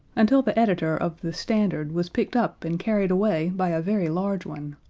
until the editor of the standard was picked up and carried away by a very large one,